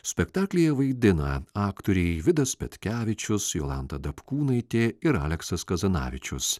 spektaklyje vaidina aktoriai vidas petkevičius jolanta dapkūnaitė ir aleksas kazanavičius